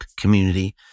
community